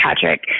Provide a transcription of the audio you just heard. patrick